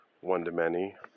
one-to-many